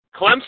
Clemson